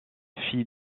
fille